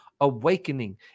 awakening